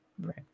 right